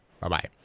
Bye-bye